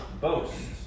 boast